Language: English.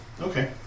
Okay